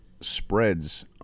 spreads